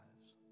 lives